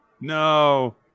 No